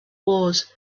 wars